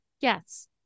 Yes